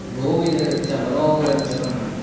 बहुविधरीत्या मनोरञ्जनम्